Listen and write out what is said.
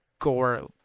Gore